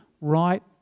right